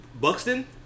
buxton